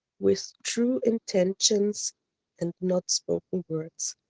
with true intentions and not spoken words.